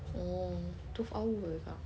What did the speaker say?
oh twelve hour eh kak